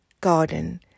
garden